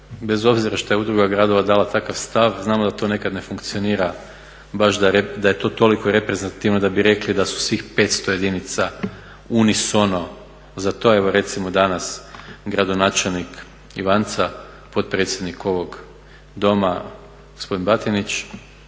bez obzira što je Udruga gradova dala takav stav, znamo da to nekada ne funkcionira baš da je to toliko reprezentativno da bi rekli da su svih 500 jedinica unisono. Zato evo recimo danas gradonačelnik Ivanca, potpredsjednik ovog Doma, gospodin Batinić